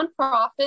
nonprofit